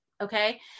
Okay